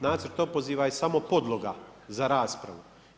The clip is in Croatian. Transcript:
Nacrt opoziva je samo podloga za raspravu.